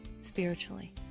spiritually